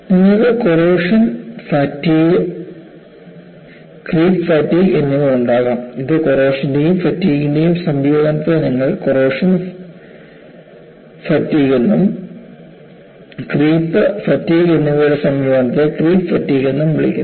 നിങ്ങൾക്ക് corrosion fatigue creep fatigue എന്നിവ ഉണ്ടാകാം കോറോഷൻറെയും ഫാറ്റിഗ്ൻറെയും സംയോജനത്തെ നിങ്ങൾ കോറോഷൻ ഫാറ്റിഗ് എന്നും ക്രീപ്പ് ഫാറ്റിഗ് എന്നിവയുടെ സംയോജനത്തെ ക്രീപ്പ് ഫാറ്റിഗ് എന്നും വിളിക്കുന്നു